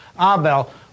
Abel